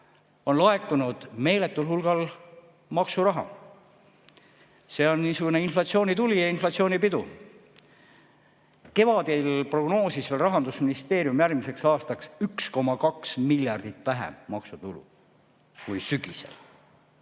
on laekunud meeletul hulgal maksuraha. See on niisugune inflatsioonituli ja inflatsioonipidu. Veel kevadel prognoosis Rahandusministeerium järgmiseks aastaks 1,2 miljardit vähem maksutulu kui sügisel.